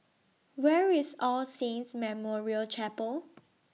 Where IS All Saints Memorial Chapel